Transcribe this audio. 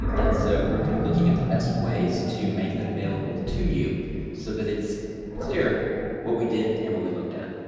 um and so, we're kind of looking at the best ways to make that available to you so that it's clear what we did and what we looked at.